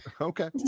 Okay